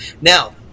Now